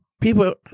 people